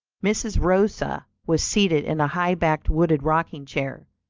mrs. rosa was seated in a high backed wooden rocking-chair,